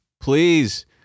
Please